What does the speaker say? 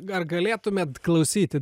ar galėtumėt klausyti